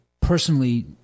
personally